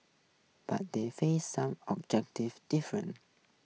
but they faced some objective different